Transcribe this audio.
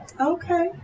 Okay